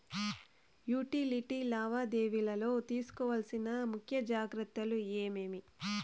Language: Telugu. యుటిలిటీ లావాదేవీల లో తీసుకోవాల్సిన ముఖ్య జాగ్రత్తలు ఏమేమి?